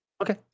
Okay